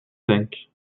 tank